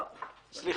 לא קיבלתי